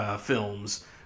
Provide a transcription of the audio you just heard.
films